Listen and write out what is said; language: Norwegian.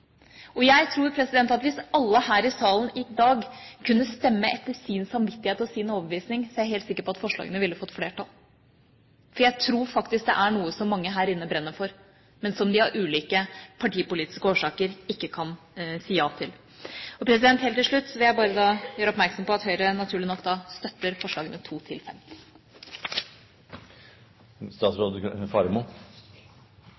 Hvis alle her i salen i dag kunne stemme etter sin samvittighet og overbevisning, er jeg helt sikker på at forslagene ville fått flertall. Jeg tror faktisk det er noe mange her inne brenner for, men som de av ulike partipolitiske årsaker ikke kan si ja til. Helt til slutt vil jeg bare gjøre oppmerksom på at Høyre naturlig nok støtter forslagene